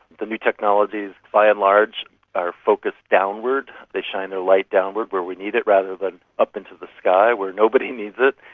the new technologies by and large are focused downward, they shine their light downward where we need it rather than up into the sky where nobody needs it.